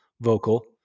vocal